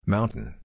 Mountain